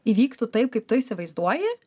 įvyktų taip kaip tu įsivaizduoji